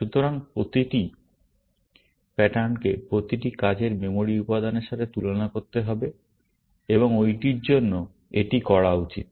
সুতরাং প্রতিটি প্যাটার্নকে প্রতিটি কাজের মেমরি উপাদানের সাথে তুলনা করতে হবে এবং ঐটির জন্য এটি করা উচিত